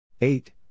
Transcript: eight